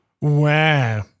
Wow